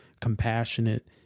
compassionate